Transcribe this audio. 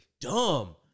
dumb